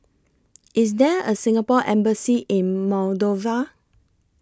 IS There A Singapore Embassy in Moldova